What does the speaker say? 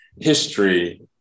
history